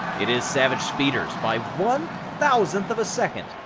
it is savage speeders by one thousandth of a second.